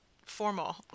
formal